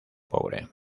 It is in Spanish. pobre